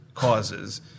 Causes